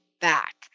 Back